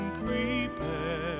prepared